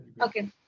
Okay